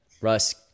Russ